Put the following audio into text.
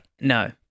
No